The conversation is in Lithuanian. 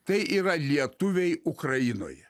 tai yra lietuviai ukrainoj